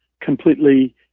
completely